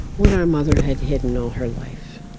what our mother had hidden all her life.